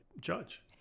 judge